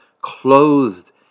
clothed